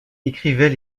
écrivait